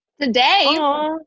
Today